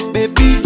Baby